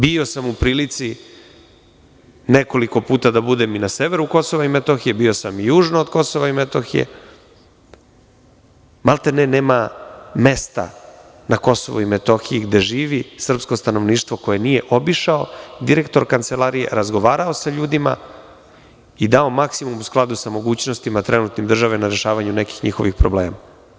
Bio sam u prilici nekoliko puta da budem i na severu Kosova i Metohije, bio sam južno od Kosova i Metohije, nema mesta na Kosovu i Metohiji gde živi srpsko stanovništvo koje nije obišao direktor Kancelarije, razgovarao sa ljudima i dao maksimum u skladu sa mogućnostima trenutnim države na rešavanju nekih njihovih problema.